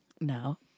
No